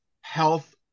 health